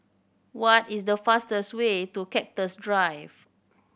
what is the fastest way to Cactus Drive